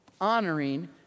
honoring